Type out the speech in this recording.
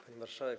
Pani Marszałek!